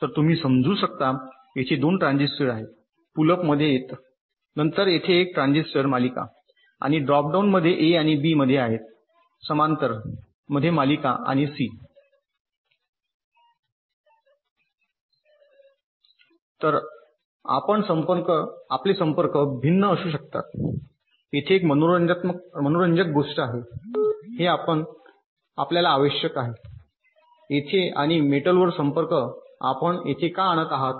तर तुम्ही समजू शकता येथे दोन ट्रान्झिस्टर आहेत पुल अप मध्ये येत नंतर येथे एक ट्रान्झिस्टर मालिका आणि ड्रॉप डाउन मध्ये ए आणि बी मध्ये आहेत समांतर मध्ये मालिका आणि सी तर आपले संपर्क भिन्न असू शकतात येथे एक मनोरंजक गोष्ट आहे हे पहा आपल्याला आवश्यक आहे येथे आणि मेटलवर संपर्क आपण येथे का आणत आहात